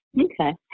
Okay